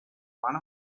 one